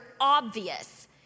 obvious